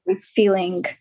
feeling